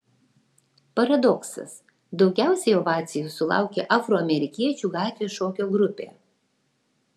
paradoksas daugiausiai ovacijų sulaukė afroamerikiečių gatvės šokio grupė